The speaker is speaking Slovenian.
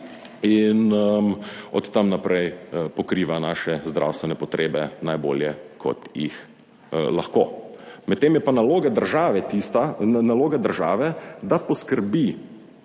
in od tam naprej pokriva naše zdravstvene potrebe najbolje, kot jih lahko, med tem je pa naloga države, da poskrbi